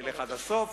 נלך כבר עד הסוף.